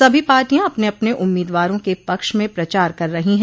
सभी पार्टियां अपने अपने उम्मीदवारों के पक्ष में प्रचार कर रही हैं